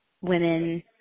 Women